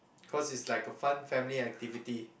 cause it's like a fun family activity